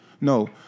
No